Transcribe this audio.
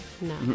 no